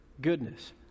goodness